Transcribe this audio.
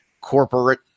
corporate